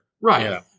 Right